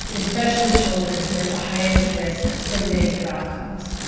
especially children who had the highest risk for negative outcomes.